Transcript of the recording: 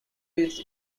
its